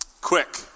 quick